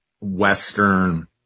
Western